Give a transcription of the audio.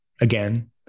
again